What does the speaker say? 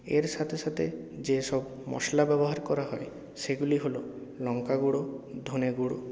এর সাথে সাথে যে সব মশলা ব্যবহার করা হয় সেগুলি হল লঙ্কাগুঁড়ো ধনেগুঁড়ো